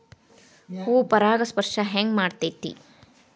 ಹೂ ಪರಾಗಸ್ಪರ್ಶ ಹೆಂಗ್ ಮಾಡ್ತೆತಿ?